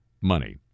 money